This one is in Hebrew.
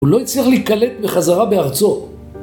הוא לא יצליח להיקלט בחזרה בארצו.